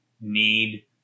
need